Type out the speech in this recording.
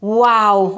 wow